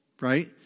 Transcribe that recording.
right